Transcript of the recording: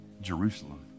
Jerusalem